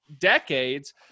decades